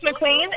McQueen